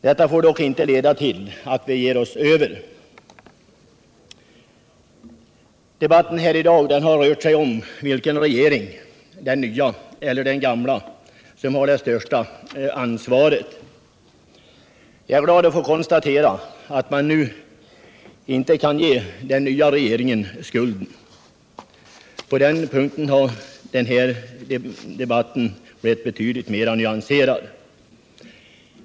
Detta får dock inte leda till att vi ger oss över. Debatten här i dag har rört sig om vilken regering, den nya eller den gamla, som bär skulden till vår situation. Jag är glad över att kunna konstatera att man nu inte kan ge den nya regeringen skulden. På den punkten har den här debatten blivit betydligt mera nyanserad.